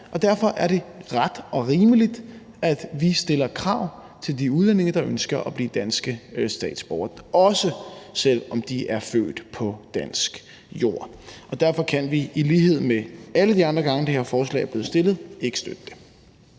derfor er det ret og rimeligt, at vi stiller krav til de udlændinge, der ønsker at blive danske statsborgere – også selv om de er født på dansk jord. Derfor kan vi i lighed med alle de andre gange, det her forslag er blevet fremsat, ikke støtte det.